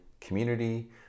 community